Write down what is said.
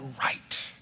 right